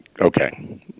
okay